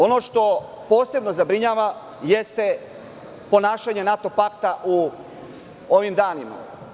Ono što posebno zabrinjava jeste ponašanje NATO pakta u ovim danima.